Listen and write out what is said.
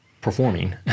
performing